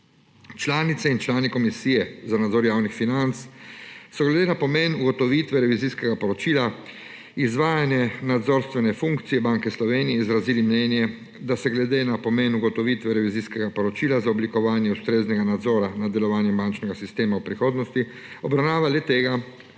Članice in člani Komisije za nadzor javnih financ so glede na pomen ugotovitve revizijskega poročila Izvajanje nadzorstvene funkcije Banke Slovenije izrazili mnenje, da se glede na pomen ugotovitev revizijskega poročila za oblikovanje ustreznega nadzora nad delovanjem bančnega sistema v prihodnosti obravnava le-tega